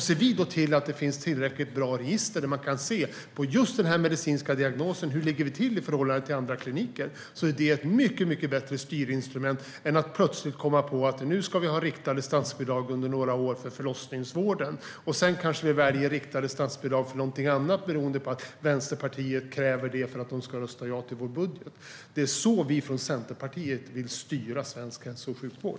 Ser vi då till att det finns tillräckligt bra register där man kan se hur man ligger till på just den här medicinska diagnosen i förhållande till andra kliniker är det ett mycket bättre styrinstrument än att plötsligt komma på att nu ska vi ha riktade statsbidrag för förlossningsvården under några år, och sedan kanske vi väljer riktade statsbidrag för någonting annat beroende på att Vänsterpartiet kräver det för att rösta ja till vår budget. Det är så vi i Centerpartiet vill styra svensk hälso och sjukvård.